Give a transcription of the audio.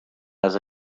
has